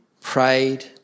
prayed